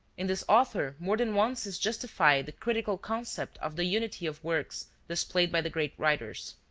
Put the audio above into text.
in this author more than once is justified the critical concept of the unity of works displayed by the great writers.